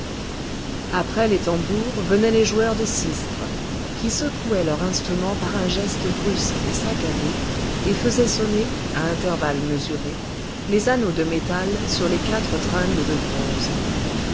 après les tambours venaient les joueurs de sistre qui secouaient leur instrument par un geste brusque et saccadé et faisaient sonner à intervalles mesurés les anneaux de métal sur les quatre tringles de bronze